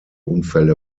unfälle